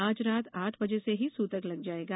आज रात आठ बजे से ही सूतक लग जायेगा